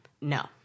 No